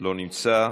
לא נמצא.